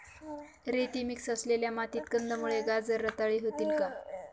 रेती मिक्स असलेल्या मातीत कंदमुळे, गाजर रताळी होतील का?